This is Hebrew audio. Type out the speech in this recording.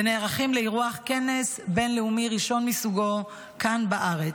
ונערכים לאירוח כנס בין-לאומי ראשון מסוגו כאן בארץ.